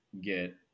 get